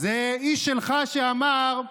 זה איש שלך שאמר,